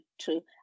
true